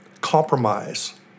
compromise